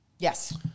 Yes